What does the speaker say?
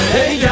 Hey